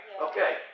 Okay